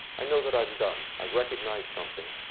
i know that i'm done. i've recognized something.